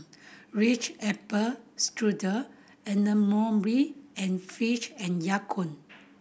Ritz Apple Strudel Abercrombie and Fitch and Ya Kun